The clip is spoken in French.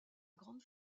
grande